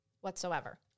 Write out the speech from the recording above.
whatsoever